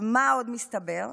מה עוד הסתבר?